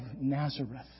Nazareth